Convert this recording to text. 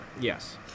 Yes